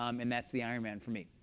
um and that's the iron man for me.